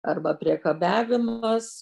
arba priekabiavimas